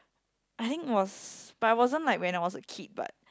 I think was but it wasn't like when I was a kid but